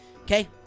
Okay